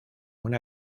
una